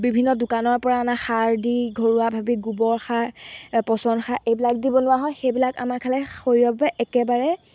বিভিন্ন দোকানৰ পৰা আনা সাৰ দি ঘৰুৱাভাৱি গোবৰ সাৰ পচন সাৰ এইবিলাক দি বনোৱা হয় সেইবিলাক আমাৰ খালে শৰীৰৰ পৰা একেবাৰে